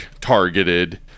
targeted